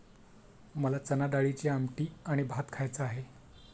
मला चणाडाळीची आमटी आणि भात खायचा आहे